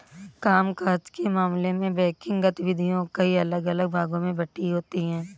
काम काज के मामले में बैंकिंग गतिविधियां कई अलग अलग भागों में बंटी होती हैं